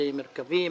עובדי "מרכבים",